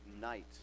night